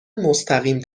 مستقیم